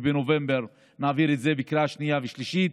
ובנובמבר נעביר את זה בקריאה שנייה ושלישית,